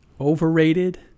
overrated